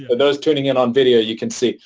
those tuning in on video you can see.